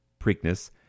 Preakness